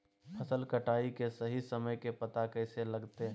फसल कटाई के सही समय के पता कैसे लगते?